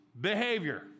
behavior